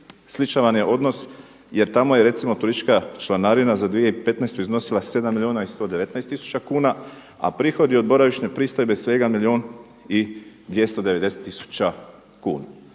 sličan vam je odnos jer tamo je recimo turistička članarina za 2015. iznosila 7 milijuna i 119 tisuća kuna a prihodi od boravišne pristojbe svega 1 milijun i 290 tisuća kuna.